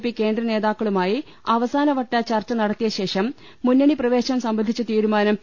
P കേന്ദ്ര നേതാക്കളുമായി അവസാനവട്ട ചർച്ച നടത്തിയശേഷം മുന്നണി പ്രവേശംസംബന്ധിച്ചതീരുമാനം പി